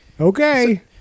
okay